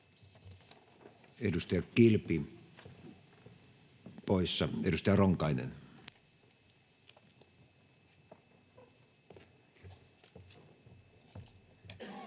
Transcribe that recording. Edustaja Kilpi poissa. — Edustaja Ronkainen.